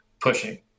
pushing